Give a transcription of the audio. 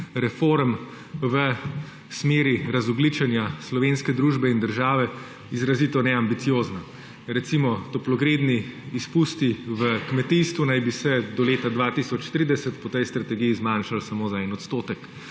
reform v smeri razogljičenja slovenske družbe in države, izrazito neambiciozna. Recimo, toplogredni izpusti v kmetijstvu naj bi se do leta 2030 po tej strategiji zmanjšali samo za 1 %.